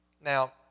Now